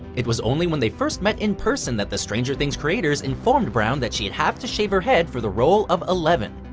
it was only when they first met in person that the stranger things creators informed brown that she'd have to shave her head for the role of eleven.